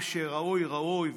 מה שראוי, ראוי,